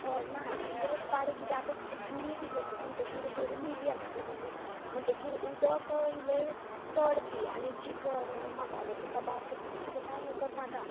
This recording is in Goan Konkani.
हय ना इल्लें बारींक गुळीं बी घेतली म्हणतकीर गरमी बी आसतली म्हणतकीर उदक इल्लें चड पी आनी चिकन मसाल्याचें पदार्थ बी तसलें मात हें करनाका